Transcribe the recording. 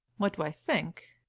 what do i think?